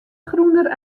groener